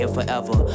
forever